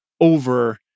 over